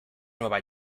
nueva